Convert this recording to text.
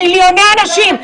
מיליוני אנשים?